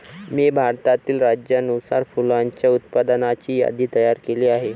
मी भारतातील राज्यानुसार फुलांच्या उत्पादनाची यादी तयार केली आहे